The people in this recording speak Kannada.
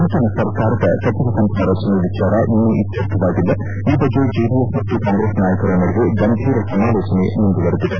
ನೂತನ ಸರ್ಕಾರದ ಸಚಿವ ಸಂಪುಟ ರಚನೆ ವಿಚಾರ ಇನ್ನೂ ಇತ್ಫರ್ಕವಾಗಿಲ್ಲ ಈ ಬಗ್ಗೆ ಜೆಡಿಎಸ್ ಮತ್ತು ಕಾಂಗ್ರೆಸ್ ನಾಯಕರ ನಡುವೆ ಗಂಭೀರ ಸಮಾಲೋಚನೆ ಮುಂದುವರಿದಿದೆ